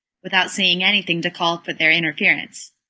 without seeing anything to call for their interference.